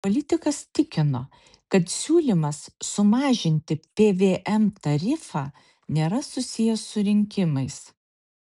politikas tikino kad siūlymas sumažinti pvm tarifą nėra susijęs su rinkimais